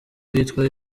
bwitwa